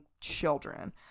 children